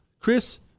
Chris